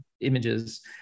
images